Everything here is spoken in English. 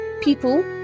people